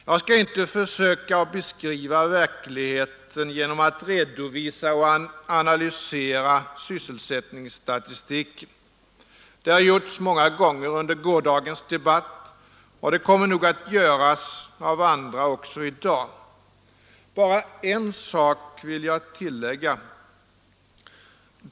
Jag skall inte försöka beskriva verkligheten genom att redovisa och analysera sysselsättningsstatistiken; det har gjorts många gånger under gårdagens debatt och det kommer nog att göras av andra också i dag. Bara en sak vill jag tillägga.